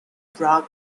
bragg